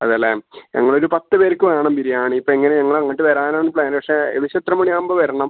അതെ അല്ലേ ഞങ്ങളൊരു പത്ത് പേർക്ക് വേണം ബിരിയാണി ഇപ്പെങ്ങനെ ഞങ്ങളങ്ങട്ട് വരാനാണ് പ്ലാന് പക്ഷേ ഏകദേശം എത്ര മണിയാവുമ്പം വരണം